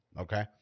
Okay